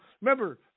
remember